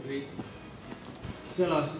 duit [sial] lah